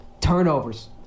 Turnovers